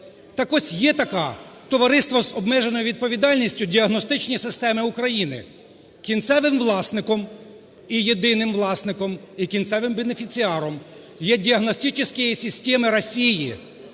Так ось є таке товариство з обмеженою відповідальністю "Діагностичні системи України", кінцевим власником і єдиним власником, і кінцевим бенефіціаром є "Диагностические системы России"